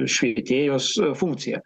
švietėjos funkciją